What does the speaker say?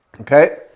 okay